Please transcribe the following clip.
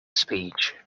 speech